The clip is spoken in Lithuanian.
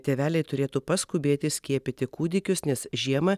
tėveliai turėtų paskubėti skiepyti kūdikius nes žiemą